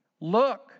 Look